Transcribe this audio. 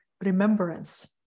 remembrance